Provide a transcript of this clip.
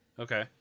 okay